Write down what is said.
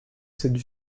cette